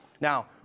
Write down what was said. Now